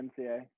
NCA